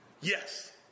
Yes